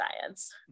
science